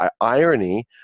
irony